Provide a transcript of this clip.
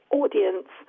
audience